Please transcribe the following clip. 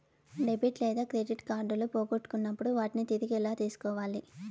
debit లేదా credit కార్డులు పోగొట్టుకున్నప్పుడు వాటిని తిరిగి ఎలా తీసుకోవాలి